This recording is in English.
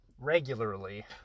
Regularly